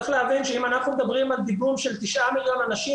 צריך להבין שאם אנחנו מדברים על דיגום של 9 מיליון אנשים,